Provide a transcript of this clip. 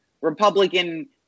Republican